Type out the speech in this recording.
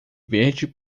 verde